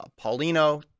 Paulino